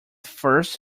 first